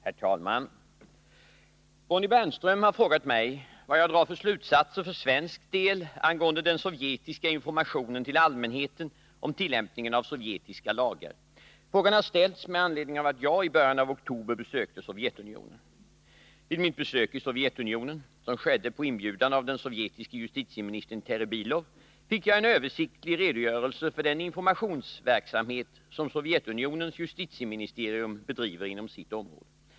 Herr talman! Bonnie Bernström har frågat mig vad jag drar för slutsatser för svensk del angående den sovjetiska informationen till allmänheten om tillämpningen av sovjetiska lagar. Frågan har ställts med anledning av att jag i början av oktober besökte Sovjetunionen. Vid mitt besök i Sovjetunionen, som skedde på inbjudan av den sovjetiske justitieministern Terebilov, fick jag en översiktlig redogörelse för den informationsverksamhet som Sovjetunionens justitieministerium bedriver inom sitt område.